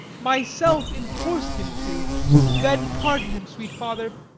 myself enforc'd him to then pardon him, sweet father,